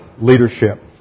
leadership